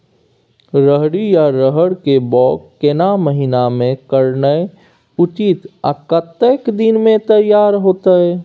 रहरि या रहर के बौग केना महीना में करनाई उचित आ कतेक दिन में तैयार होतय?